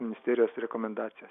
ministerijos rekomendacijas